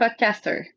Podcaster